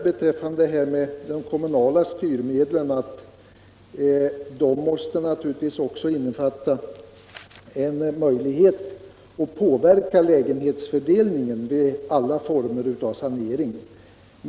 Beträffande frågan om de kommunala styrmedlen skulle jag vilja tilllägga att dessa också måste innefatta en möjlighet för kommunerna att påverka lägenhetsfördelningen vid alla former av sanering.